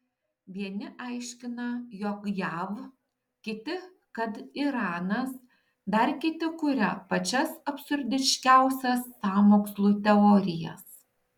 vieni aiškina jog jav kiti kad iranas dar kiti kuria pačias absurdiškiausias sąmokslų teorijas